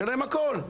משלם הכל.